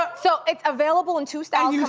but so it's available in two styles,